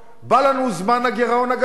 בא לנו זמן הגירעון הגדול.